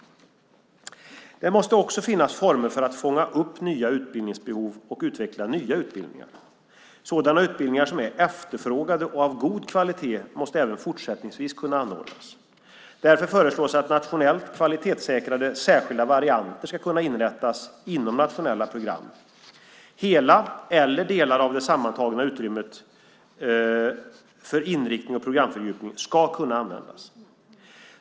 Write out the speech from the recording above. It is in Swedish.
Det måste också finnas former för att fånga upp nya utbildningsbehov och utveckla nya utbildningar. Sådana utbildningar som är efterfrågade och av god kvalitet måste även fortsättningsvis kunna anordnas. Därför föreslås att nationellt kvalitetssäkrade särskilda varianter ska kunna inrättas inom nationella program. Hela eller delar av det sammantagna utrymmet för inriktning och programfördjupning ska kunna användas.